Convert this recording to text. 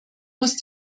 muss